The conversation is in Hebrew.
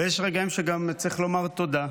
ויש רגעים שגם צריך לומר תודה.